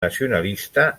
nacionalista